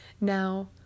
Now